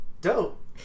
Dope